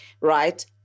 right